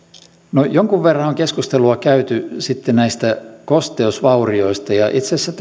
no jonkun verran on keskustelua käyty sitten näistä kosteusvaurioista ja itse asiassa